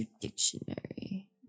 Dictionary